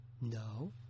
No